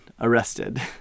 Arrested